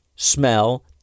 smell